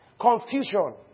confusion